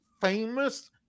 famous